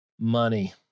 money